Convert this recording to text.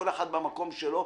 כל אחד במקום שלו.